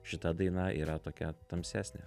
šita daina yra tokia tamsesnė